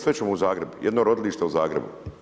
Sve ćemo u Zagreb, jedino rodilište u Zagrebu.